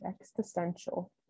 existential